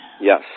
Yes